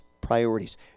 priorities